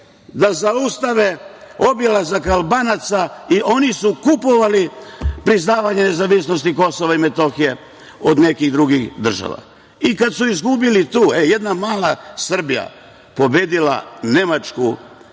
da zaustave obilazak Albanaca, i oni su kupovali priznavanje nezavisnosti KiM od nekih drugih država. I kad su izgubili tu, e, jedna mala Srbija pobedila Nemačku,